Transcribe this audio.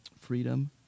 freedom